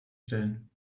stellen